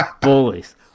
Bullies